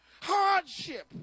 Hardship